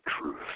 truth